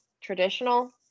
traditional